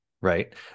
right